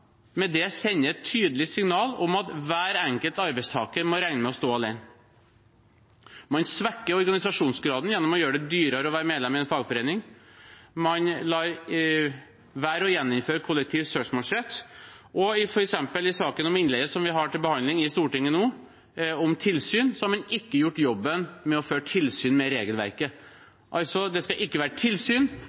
med det sender et tydelig signal om at hver enkelt arbeidstaker må regne med å stå alene. Man svekker organisasjonsgraden gjennom å gjøre det dyrere å være medlem i en fagforening. Man lar være å gjeninnføre kollektiv søksmålsrett. Og f.eks. i saken om innleie, som vi har til behandling i Stortinget nå, om tilsyn, har man ikke gjort jobben med å føre tilsyn med regelverket. Altså: Det skal ikke være tilsyn,